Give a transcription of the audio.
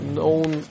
known